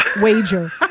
wager